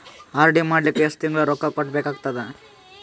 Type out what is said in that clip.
RD ಮಾಡಲಿಕ್ಕ ಎಷ್ಟು ತಿಂಗಳ ರೊಕ್ಕ ಕಟ್ಟಬೇಕಾಗತದ?